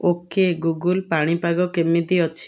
ଓ କେ Google ପାଣିପାଗ କେମିତି ଅଛି